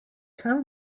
tell